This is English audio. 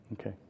Okay